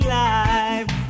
life